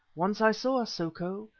once i saw a soko,